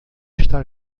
está